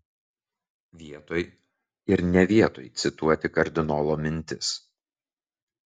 vietoj ir ne vietoj cituoti kardinolo mintis